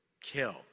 kill